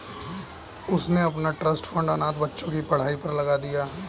उसने अपना trust fund अनाथ बच्चों की पढ़ाई पर लगा दिया